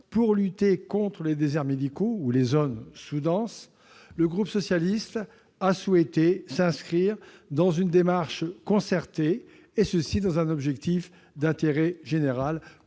pour lutter contre les déserts médicaux, ou les zones sous-denses, le groupe socialiste a souhaité s'inscrire dans une démarche concertée, et ce dans un objectif d'intérêt général,